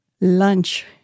lunch